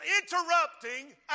interrupting